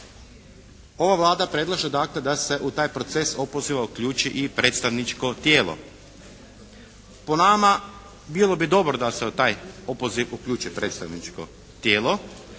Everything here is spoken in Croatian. Ova Vlada predlaže dakle da se u taj proces opoziva uključi i predstavničko tijelo. Po nama bilo bi dobro da se u taj opoziv uključi predstavničko tijelo,